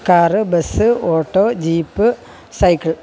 car bus auto jeep cycle